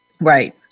Right